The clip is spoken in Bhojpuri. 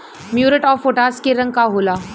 म्यूरेट ऑफ पोटाश के रंग का होला?